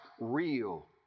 real